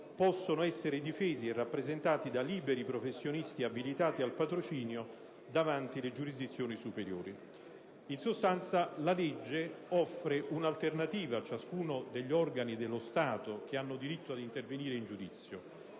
possono essere difesi e rappresentati da liberi professionisti abilitati al patrocinio davanti le giurisdizioni superiori». In sostanza, la legge offre un'alternativa a ciascuno degli organi dello Stato che hanno diritto ad intervenire in giudizio,